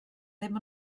ddim